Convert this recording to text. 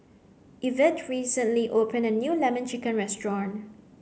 Evette recently opened a new Lemon Chicken restaurant